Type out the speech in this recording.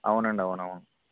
అవునండి అవునవును